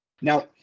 Now